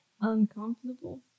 uncomfortable